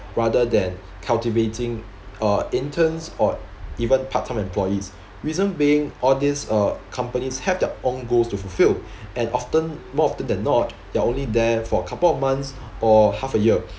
rather than cultivating uh interns or even part-time employees reason being all these uh companies have their own goals to fulfill and often more often than not they're only there for a couple of months or half a year